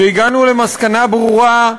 והגענו למסקנה ברורה,